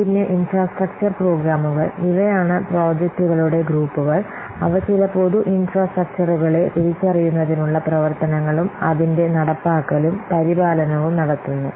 പിന്നെ ഇൻഫ്രാസ്ട്രക്ചർ പ്രോഗ്രാമുകൾ ഇവയാണ് പ്രോജക്റ്റുകളുടെ ഗ്രൂപ്പുകൾ അവ ചില പൊതു ഇൻഫ്രാസ്ട്രക്ചറുകളെ തിരിച്ചറിയുന്നതിനുള്ള പ്രവർത്തനങ്ങളും അതിന്റെ നടപ്പാക്കലും പരിപാലനവും നടത്തുന്നു